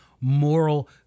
moral